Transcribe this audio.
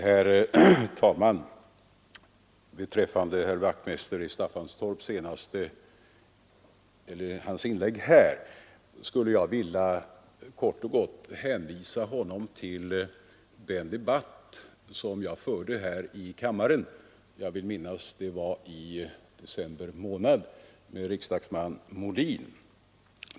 Herr talman! Då det gäller herr Wachtmeisters i Staffanstorp inlägg vill jag kort och gott hänvisa honom till den debatt som jag förde här i kammaren i, vill jag minnas, december månad med riksdagsman Molin.